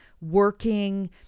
working